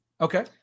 okay